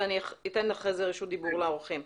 ואני אתן אחרי זה רשות דיבור לאורחים.